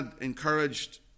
encouraged